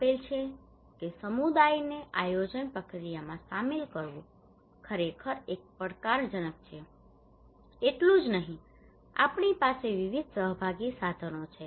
આપેલ છે કે સમુદાયને આયોજન પ્રક્રિયામાં સામેલ કરવું ખરેખર એક પડકારજનક છે એટલું જ નહીં આપણી પાસે વિવિધ સહભાગી સાધનો છે